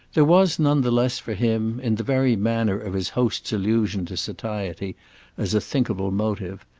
there was none the less for him, in the very manner of his host's allusion to satiety as a thinkable motive,